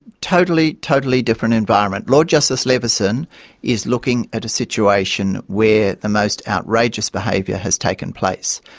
totally, totally different environment. lord justice leveson is looking at a situation where the most outrageous behaviour has taken place.